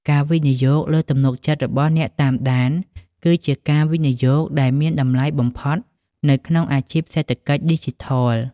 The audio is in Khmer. ការវិនិយោគលើទំនុកចិត្តរបស់អ្នកតាមដាន គឺជាការវិនិយោគដែលមានតម្លៃបំផុតនៅក្នុងអាជីពសេដ្ឋកិច្ចឌីជីថល។